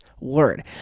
word